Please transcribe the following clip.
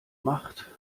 macht